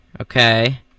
okay